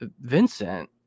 Vincent